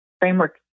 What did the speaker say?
Framework